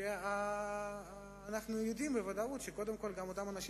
כי אנו יודעים בוודאות שאותם אנשים